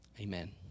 Amen